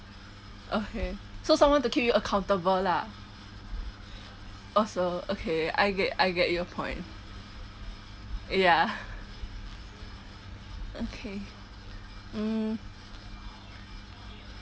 okay so someone to keep you accountable lah oh so okay I get I get your point ya okay mm